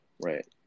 Right